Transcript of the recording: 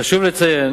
חשוב לציין